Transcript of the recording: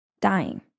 dying